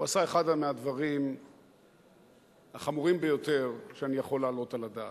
הוא עשה אחד מהדברים החמורים ביותר שאני יכול להעלות על הדעת.